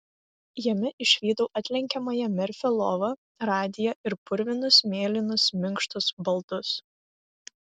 jame išvydau atlenkiamąją merfio lovą radiją ir purvinus mėlynus minkštus baldus